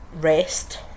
rest